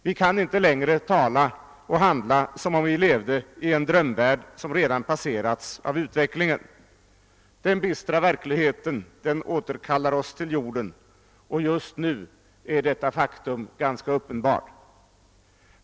Vi kan inte längre tala och handla som om vi levde i en drömvärld som redan passerats av utvecklingen. Den bistra verkligheten återkallas oss till jorden, och just nu är detta faktum ganska uppenbart.